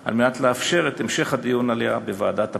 על מנת לאפשר את המשך הדיון עליה בוועדת הפנים.